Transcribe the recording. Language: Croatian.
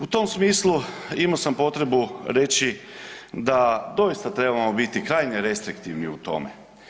U tom smislu imo sam potrebu reći da doista trebamo bit krajnje restriktivni u tome.